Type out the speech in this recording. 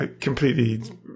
completely